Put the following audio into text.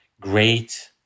great